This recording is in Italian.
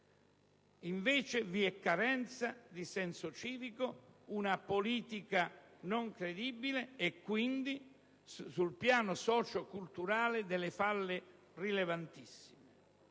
invece vi è carenza di senso civico, una politica non credibile e quindi, sul piano socio-culturale, vi sono delle falle rilevantissime.